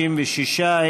66,